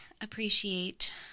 appreciate